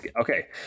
okay